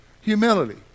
humility